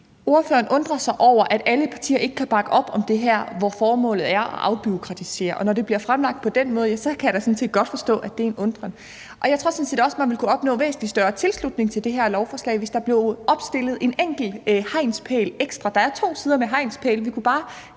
Ordføreren undrer sig over, at alle partier ikke kan bakke op om det her, hvor formålet er at afbureaukratisere. Og når det bliver fremlagt på den måde, så kan jeg da sådan set godt forstå, at det er en undren. Jeg tror sådan set også, at man ville kunne opnå væsentlig større tilslutning til det her lovforslag, hvis der blev opstillet en enkelt hegnspæl ekstra. Der er to sider med hegnspæle. Vi kunne bare